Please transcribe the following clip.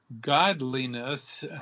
godliness